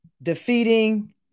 Defeating